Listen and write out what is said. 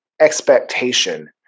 expectation